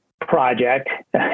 project